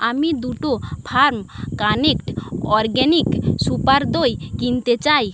আমি দুটো ফার্ম কানিট অরগ্যানিক সুপার দই কিনতে চাই